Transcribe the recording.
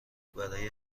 برای